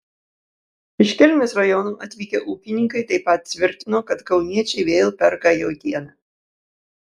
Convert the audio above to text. iš kelmės rajono atvykę ūkininkai taip pat tvirtino kad kauniečiai vėl perka jautieną